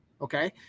Okay